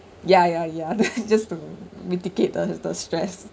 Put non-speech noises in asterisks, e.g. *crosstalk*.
ya ya ya that *laughs* just to mitigate the the stress